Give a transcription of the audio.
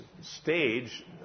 stage